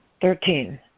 Thirteen